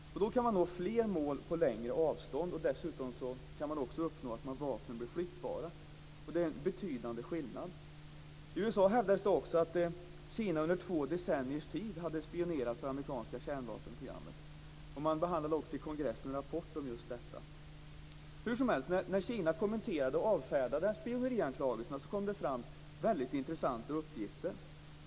På så vis kan man nå fler mål på längre avstånd. Dessutom uppnår man att vapnen blir flyttbara, och det är en betydande skillnad. I USA hävdas det också att Kina under två decenniers tid har spionerat på det amerikanska kärnvapenprogrammet. Kongressen behandlade också en rapport om just detta. Hur som helst, när Kina kommenterade och avfärdade spionerianklagelserna, kom det fram väldigt intressanta uppgifter.